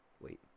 wait